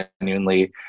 genuinely